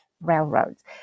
Railroads